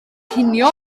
cinio